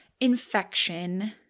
infection